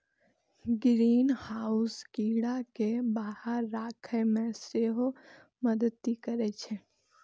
greenhouse कीड़ा कें बाहर राखै मे सेहो मदति करै छै